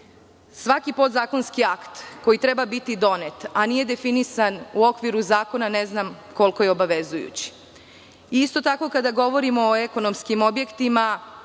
Svaki podzakonski akt koji treba biti donet, a nije definisan u okviru zakona, ne znam koliko je obavezujući. Isto tako, kada govorimo o ekonomskim objektima,